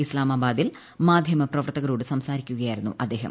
ഇസ്ലാമാബാദിൽ മാധ്യമ പ്രവർത്തകരോടു സംസാരിക്കുകയായിരുന്നു അദ്ദേഹം